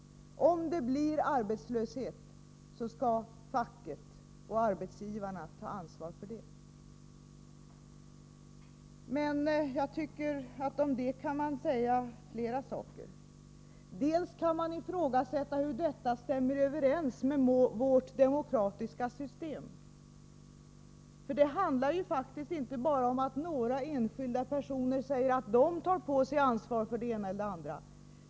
Om det blir arbetslöshet skall facket och arbetsgivarna ta ansvar för detta. Men jag tycker att man kan säga flera saker om detta. Man kan ifrågasätta hur detta stämmer överens med vårt demokratiska system. Det handlar faktiskt inte bara om att några enskilda personer säger att de tar på sig ansvaret för det ena eller det andra.